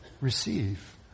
Receive